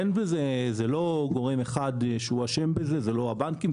זה לא גורם אחד שאשם בזה לא הבנקים,